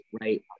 right